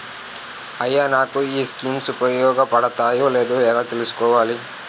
అయ్యా నాకు ఈ స్కీమ్స్ ఉపయోగ పడతయో లేదో ఎలా తులుసుకోవాలి?